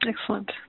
Excellent